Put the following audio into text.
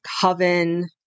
coven